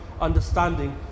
understanding